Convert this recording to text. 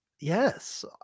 yes